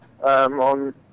on